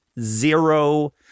zero